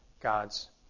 God's